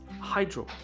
hydro